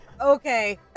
Okay